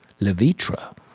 Levitra